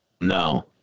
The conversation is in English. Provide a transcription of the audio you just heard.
No